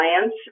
science